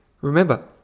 Remember